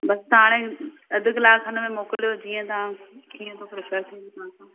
बसि हाणे अधु कलाकु खनि में मोकिलियो जीअं तव्हां कीअं